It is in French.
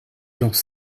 gens